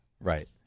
Right